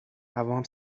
عوام